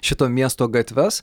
šito miesto gatves